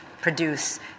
produce